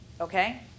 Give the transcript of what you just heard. okay